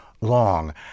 long